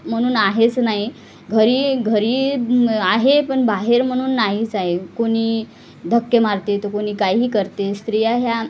म्हणून आहेच नाही घरी घरी आहे पण बाहेर म्हणून नाहीच आहे कोणी धक्के मारते तर कोणी काहीही करते स्त्रिया ह्या